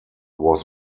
was